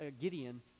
Gideon